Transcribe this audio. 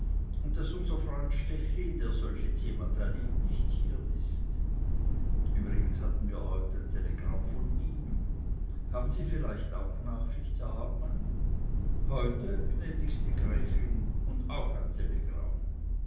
und daß unser freund stechlin der solche themata liebt nicht hier ist übrigens hatten wir heut ein telegramm von ihm haben sie vielleicht auch nachricht herr hauptmann heute gnädigste gräfin und auch ein telegramm